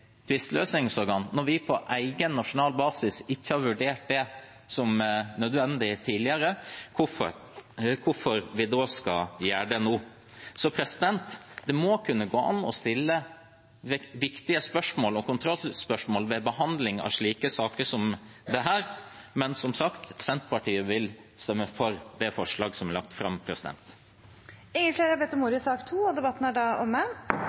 når vi på egen nasjonal basis ikke har vurdert det som nødvendig tidligere. Hvorfor skal vi da gjøre det nå? Det må kunne gå an å stille viktige spørsmål og kontrollspørsmål ved behandling av slike saker. Men som sagt vil Senterpartiet stemme for forslaget til vedtak som er lagt fram. Flere har ikke bedt om ordet til sak nr. 2. Etter ønske fra finanskomiteen vil sakene nr. 3 og